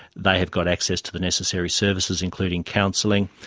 they have got access to the necessary services including counselling,